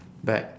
bag